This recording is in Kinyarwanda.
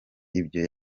ibyo